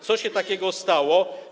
Co się takiego stało?